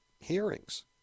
hearings